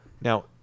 Now